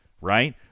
right